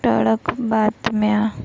ठळक बातम्या